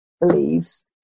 believes